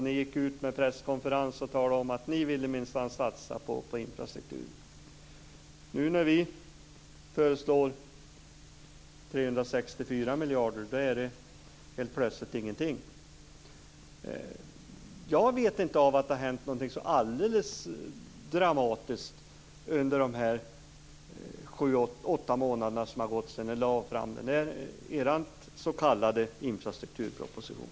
Ni gick ut i en presskonferens och talade om att ni minsann ville satsa på infrastruktur. Nu när vi föreslår 364 miljarder är det helt plötsligt ingenting. Jag vet inte att det har hänt något så där alldeles dramatiskt under de 7-8 månaderna sedan ni lade fram er s.k. infrastrukturproposition.